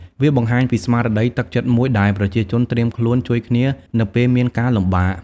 វាបង្ហាញពីស្មារតី ទឹកចិត្តមួយដែលប្រជាជនត្រៀមខ្លួនជួយគ្នានៅពេលមានការលំបាក។